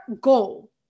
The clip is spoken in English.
goal